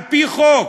על-פי חוק,